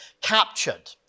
captured